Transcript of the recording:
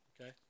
okay